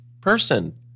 person